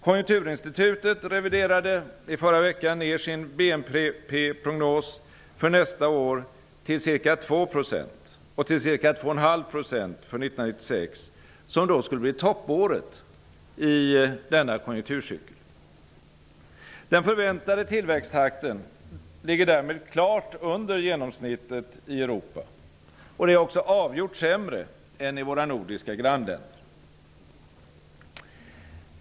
Konjunkturinstitutet reviderade i förra veckan ned sin BNP-prognos för nästa år till ca 2 % och till ca 2,5 % för 1996, som då skulle bli toppåret i denna konjunkturcykel. Den förväntade tillväxttakten ligger därmed klart under genomsnittet i Europa. Den är också avgjort sämre än i våra nordiska grannländer.